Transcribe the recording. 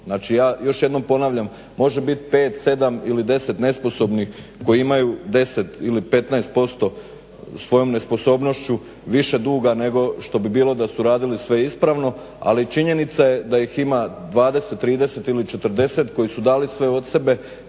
Znači ja još jednom ponavljam, može biti 5, 7 ili 10 nesposobnih koji imaju 10 ili 15% svojom nesposobnošću više duga nego što bi bilo da su radili sve ispravno, ali činjenica je da ih ima 20, 30 ili 40 koji su dali sve od sebe